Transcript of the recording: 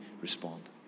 respond